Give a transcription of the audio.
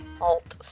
alt